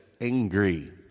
angry